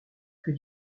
que